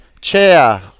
Chair